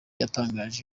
yatangaje